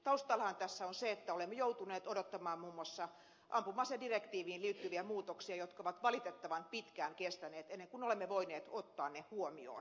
taustallahan tässä on se että olemme joutuneet odottamaan muun muassa ampuma asedirektiiviin liittyviä muutoksia jotka ovat valitettavan pitkään kestäneet ennen kuin olemme voineet ottaa ne huomioon